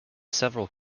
several